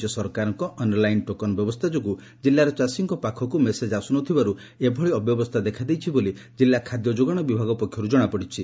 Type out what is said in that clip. ରାଜ୍ୟ ସରକାରଙ୍କ online token ବ୍ୟବସ୍ରା ଯୋଗୁଁ ଜିଲ୍ଲାର ଚାଷୀଙ୍ ପାଖକୁ ମେସେଜ୍ ଆସୁନ ଥିବାରୁ ଏଭଳି ଅବ୍ୟବସ୍ରା ଦେଖାଦେଇଛି ବୋଲି କିଲ୍ଲା ଖାଦ୍ୟ ଯୋଗାଣ ବିଭାଗ ପକ୍ଷରୁ ଜଶାପଡିଛି